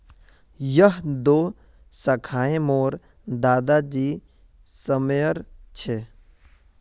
यह दो शाखए मोर दादा जी समयर छे